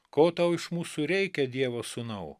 ko tau iš mūsų reikia dievo sūnau